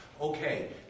okay